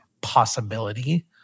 possibility